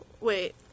Wait